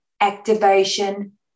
activation